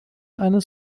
eines